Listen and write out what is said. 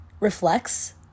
reflects